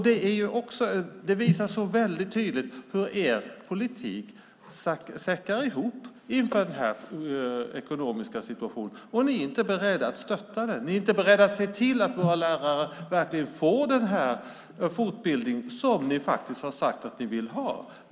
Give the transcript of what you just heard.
Det visar så väldigt tydligt hur er politik säckar ihop inför den här ekonomiska situationen, och ni är inte beredda att stötta skolan. Ni är inte beredda att se till att våra lärare verkligen får den fortbildning som de har sagt att de vill ha.